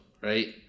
Right